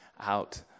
out